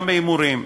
גם מהימורים.